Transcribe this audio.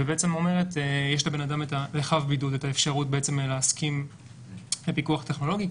ואומרת שיש לחוב הבידוד את האפשרות להסכים לפיקוח טכנולוגי,